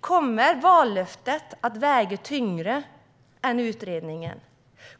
Kommer vallöftet att väga tyngre än utredningen?